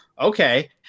okay